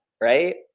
right